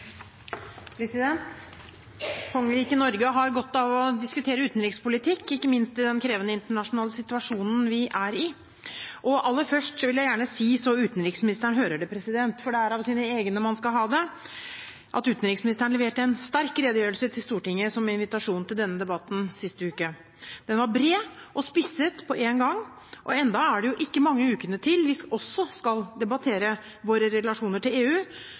Norge har godt av å diskutere utenrikspolitikk, ikke minst i den krevende internasjonale situasjonen vi er i. Aller først vil jeg gjerne si så utenriksministeren hører det – for det er av sine egne man skal ha det – at utenriksministeren leverte en sterk redegjørelse til Stortinget som invitasjon til denne debatten sist uke. Den var bred og spisset på én gang, og i tillegg er det jo ikke mange ukene til vi også skal debattere våre relasjoner til EU,